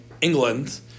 England